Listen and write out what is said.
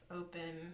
open